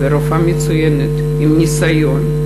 והיא רופאה מצוינת, עם ניסיון.